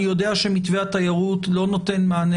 אני יודע שמתווה התיירות לא נותן מענה